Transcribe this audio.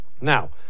Now